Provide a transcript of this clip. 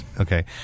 Okay